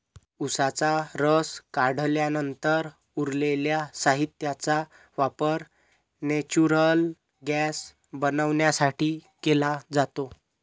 उसाचा रस काढल्यानंतर उरलेल्या साहित्याचा वापर नेचुरल गैस बनवण्यासाठी केला जातो